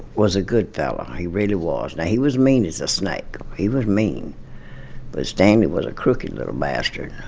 was a good fella he really was. now, and he was mean as a snake he was mean. but stanley was a crooked little bastard.